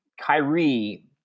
Kyrie